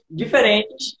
diferentes